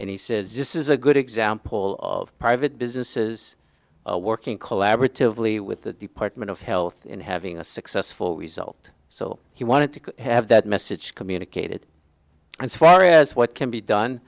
and he says this is a good example of private businesses working collaboratively with the department of health in having a successful result so he wanted to have that message communicated and so far as what can be done